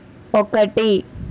ఒకటి